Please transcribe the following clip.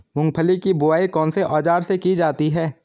मूंगफली की बुआई कौनसे औज़ार से की जाती है?